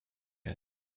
yet